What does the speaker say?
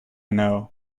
know